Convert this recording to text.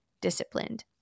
disciplined